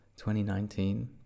2019